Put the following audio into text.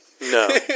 No